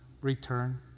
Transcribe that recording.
return